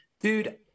Dude